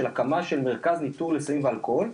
של הקמה של מרכז ניטור לסמים ואלכוהול,